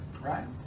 right